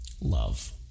love